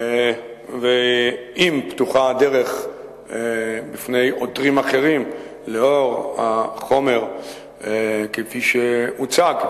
אם פתוחה הדרך בפני עותרים אחרים לאור החומר כפי שהוצג,